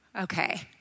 Okay